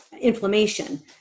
inflammation